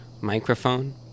microphone